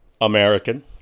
American